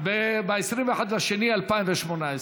ב-21 בפברואר